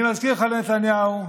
אני מזכיר לך, נתניהו,